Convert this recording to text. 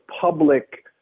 public